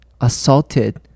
assaulted